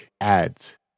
ads